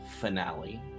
finale